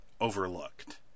overlooked